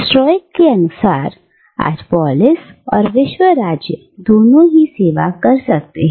strikes के अनुसार आप पोलिस और विश्व राज्य दोनों की सेवा कर सकते हैं